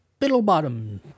Biddlebottom